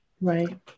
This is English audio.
Right